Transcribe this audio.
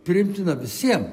priimtina visiem